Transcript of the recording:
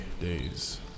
days